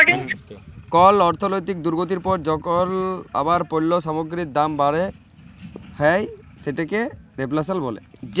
call অর্থলৈতিক দুর্গতির পর যখল আবার পল্য সামগ্গিরির দাম বাড়াল হ্যয় সেটকে রেফ্ল্যাশল ব্যলে